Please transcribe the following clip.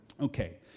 Okay